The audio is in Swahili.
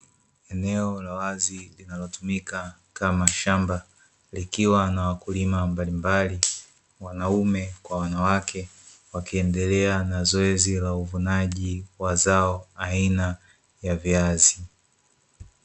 Eneo la wazi linalotumika kama shamba, likiwa na wakulima mbalimbali wanaume kwa wanawake wakiendelea na zoezi la uvunaji wa zao aina ya viazi.